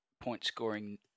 point-scoring